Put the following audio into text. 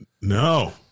No